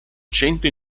centro